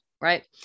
right